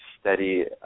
steady